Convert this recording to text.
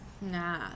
Nah